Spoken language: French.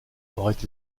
aurait